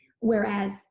Whereas